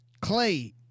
Clay